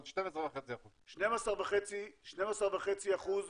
אבל 12.5%. 12.5% מה-100,